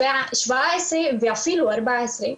17 ואפילו 14,